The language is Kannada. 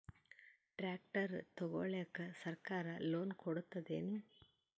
ಟ್ರ್ಯಾಕ್ಟರ್ ತಗೊಳಿಕ ಸರ್ಕಾರ ಲೋನ್ ಕೊಡತದೇನು?